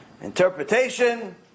Interpretation